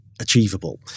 achievable